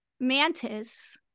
Mantis